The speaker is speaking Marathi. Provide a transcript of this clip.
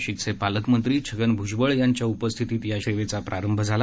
नाशिकचे पालकमंत्री छगन भुजबळ यांच्या उपस्थितीत या सेवेचा प्रारंभ झाला